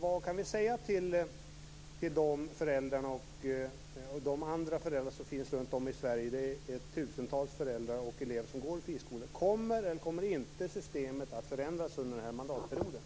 Vad kan vi säga till de föräldrarna och till andra föräldrar runt om i Sverige? Det är tusentals elever som går i friskolor. Kommer systemet att förändras eller inte under den här mandatperioden?